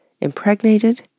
impregnated